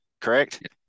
Correct